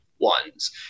ones